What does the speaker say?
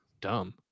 Dumb